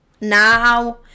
now